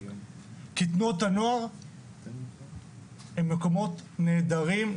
כי תנועות הנוער הם מקומות נהדרים,